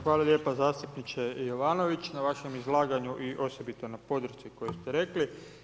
Hvala lijepa zastupniče Jovanović na vašem izlaganju i osobito na podršci koju ste rekli.